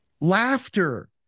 laughter